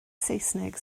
saesneg